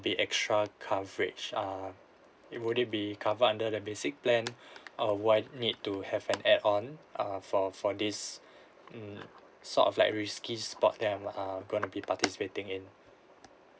be extra coverage err it would it be cover under the basic plan or would I need to have an add on uh for for this mm sort of like risky spot that I'm err going to be participating in